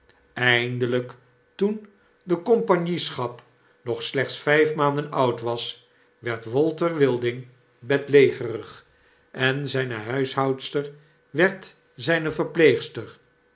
eindelgk toen de compagnieschap nog slechts vijf maanden oud was werd walter wilding bedlegerig en zijne huishoudster werd zgne verpleegster